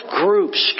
groups